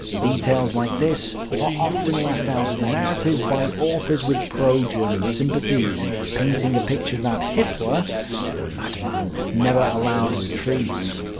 details like this are often left out of the narrative by authors with pro-german sympathies painting a picture that hitler the madman never allowed retreats.